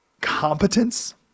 competence